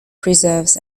preserves